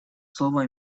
слово